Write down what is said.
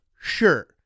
sure